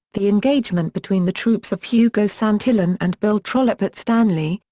the engagement between the troops of hugo santillan and bill trollope at stanley,